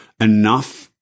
enough